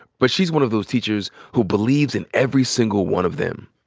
but she's one of those teachers who believes in every single one of them.